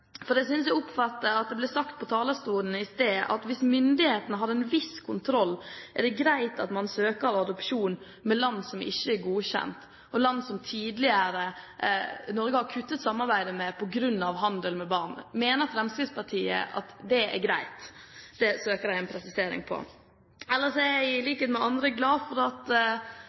ble sagt fra talerstolen i sted at hvis myndighetene har en viss kontroll, er det greit at man søker adopsjon fra land som ikke er godkjent, og land som Norge tidligere har kuttet samarbeidet med på grunn av handel med barn. Mener Fremskrittspartiet at det er greit? Det søker jeg en presisering på. Ellers er jeg i likhet med andre glad for at